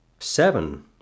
Seven